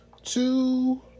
Two